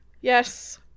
yes